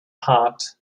hot